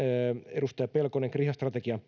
edustaja pelkonen kriha strategian